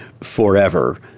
forever